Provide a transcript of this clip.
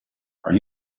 are